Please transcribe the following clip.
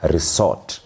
Resort